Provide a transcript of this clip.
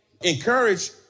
encourage